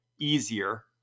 easier